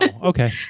okay